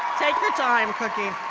take your time, cookie